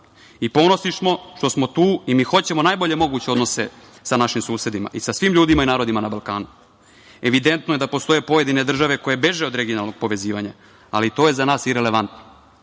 i ponosni smo što smo tu i mi hoćemo najbolje moguće odnose sa našim susedima i sa svim ljudima i narodima na Balkanu. Evidentno je da postoje pojedine države koje beže od regionalnog povezivanja, ali to je za nas irelevantno. Samim